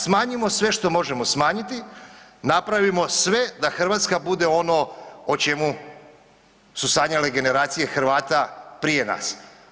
Smanjimo sve što možemo smanjiti, napravimo sve da Hrvatska bude ono o čemu su sanjale generacije Hrvata prije nas.